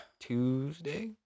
Tuesday